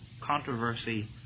controversy